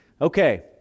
Okay